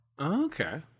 Okay